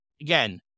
Again